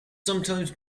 sometimes